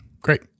Great